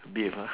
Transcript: beef ah